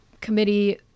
committee